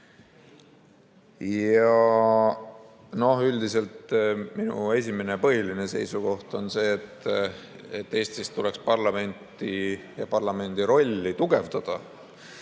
Üldiselt minu põhiline seisukoht on see, et Eestis tuleks parlamenti ja parlamendi rolli tugevdada,